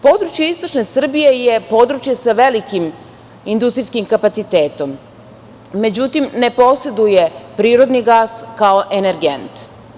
Područje istočne Srbije je područje sa velikim industrijskim kapacitetom, međutim ne poseduje prirodni gas kao energent.